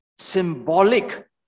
Symbolic